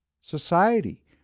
society